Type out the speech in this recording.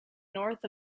north